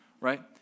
right